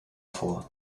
vor